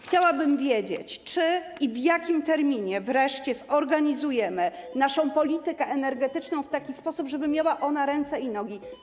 Chciałabym wiedzieć, czy i w jakim terminie wreszcie zorganizujemy naszą politykę energetyczną w taki sposób, żeby miała ona ręce i nogi.